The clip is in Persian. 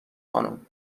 خانم